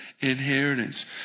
inheritance